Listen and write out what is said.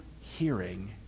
hearing